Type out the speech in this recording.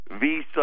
Visa